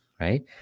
Right